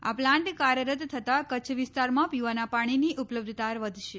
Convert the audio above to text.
આ પ્લાન્ટ કાર્યરત થતાં કચ્છ વિસ્તારમાં પીવાના પાણીની ઉપલબ્ધતા વધશે